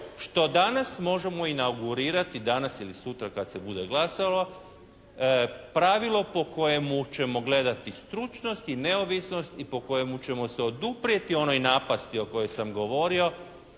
što danas možemo inaugurirati danas ili sutra, kad se bude glasovalo, pravilo po kojemo ćemo gledati stručnost i neovisnost i po kojemu ćemo se oduprijeti onoj napasti o kojoj sam govorio